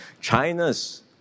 China's